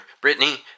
Brittany